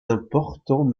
importants